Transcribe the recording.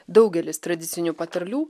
daugelis tradicinių patarlių